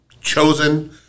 chosen